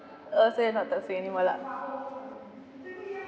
err say not to say anymore lah